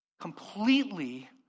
Completely